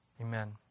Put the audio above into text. Amen